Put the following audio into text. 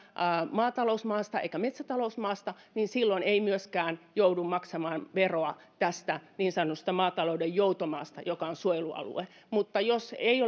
maatalousmaasta eikä metsätalousmaasta niin silloin ei myöskään joudu maksamaan veroa tästä niin sanotusta maatalouden joutomaasta joka on suojelualue mutta jos ei